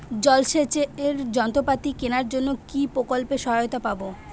সেচের যন্ত্রপাতি কেনার জন্য কি প্রকল্পে সহায়তা পাব?